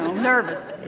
nervous.